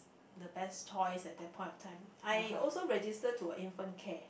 the best choice at that point of time I also register to a infant care